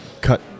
cut